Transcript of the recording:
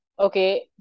Okay